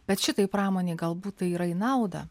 bet šitai pramonei galbūt tai yra į naudą